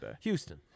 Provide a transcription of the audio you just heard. Houston